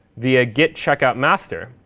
the ah git checkout master,